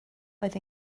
oedd